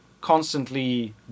constantly